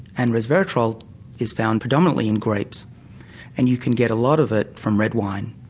and resveretrol is found predominately in grapes and you can get a lot of it from red wine.